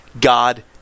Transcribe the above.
God